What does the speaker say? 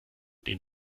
den